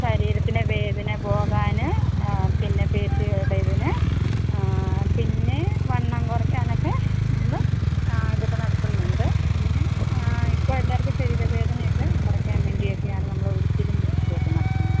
ശരീരത്തിലെ വേദന പോകാൻ ആ പിന്നെ പി സി ഓടെ ഇതിന് ആ പിന്നെ വണ്ണം കുറക്കാനൊക്കെ നമ്മൾ ആ ഇതൊക്കെ നടത്തുന്നുണ്ട് പിന്നെ ആ ഇപ്പോൾ എല്ലാവർക്കും ശരീര വേദനയൊക്കെ കുറക്കാൻ വേണ്ടിയൊക്കെയാണ് നമ്മൾ ഉഴിച്ചിലും പിഴിച്ചിലൊക്കെ നടത്തുന്നത്